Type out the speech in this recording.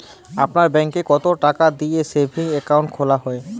আপনার ব্যাংকে কতো টাকা দিয়ে সেভিংস অ্যাকাউন্ট খোলা হয়?